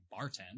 bartend